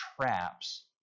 traps